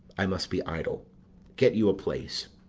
i must be idle get you a place.